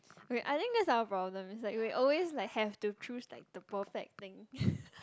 I mean I think that's our problems it's like we always like have to choose like the perfect thing